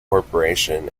corporation